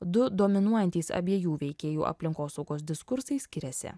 du dominuojantys abiejų veikėjų aplinkosaugos diskursai skiriasi